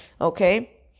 okay